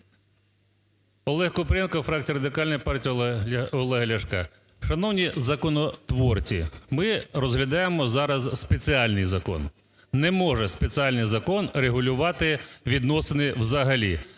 Олег Купрієнко, фракція Радикальної партії Олега Ляшка. Шановні законотворці, ми розглядаємо зараз спеціальний закон. Не може спеціальний закон регулювати відносини взагалі.